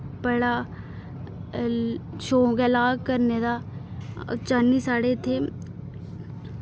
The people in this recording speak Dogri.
बड़ा ल शौंक ऐ लाह् करने दा चाह्न्नी साढ़े इत्थै